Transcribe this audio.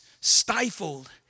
stifled